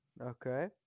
Okay